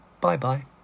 Bye-bye